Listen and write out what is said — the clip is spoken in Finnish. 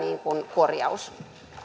korjaus